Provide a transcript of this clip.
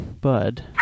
bud